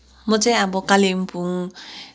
म चाहिँ अब कालिम्पोङ